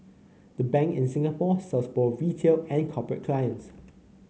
the Bank in Singapore serves both retail and corporate clients